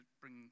bring